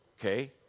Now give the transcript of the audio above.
Okay